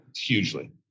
hugely